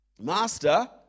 Master